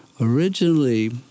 originally